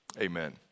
Amen